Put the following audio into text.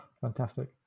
fantastic